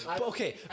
Okay